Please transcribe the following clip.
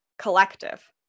collective